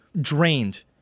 drained